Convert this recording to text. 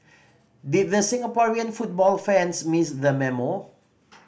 did the Singaporean football fans miss the memo